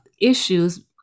issues